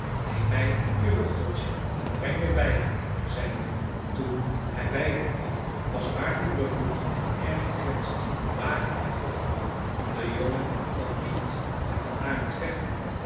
neem mij op je rug donsje en breng me bij hem zei de jongen toen hij bij hem kwam was maarten bebloed en erg gekwetst maar hij vocht nog de jongen kon niet met den arend vechten